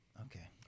Okay